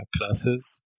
classes